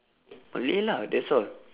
malay lah that's all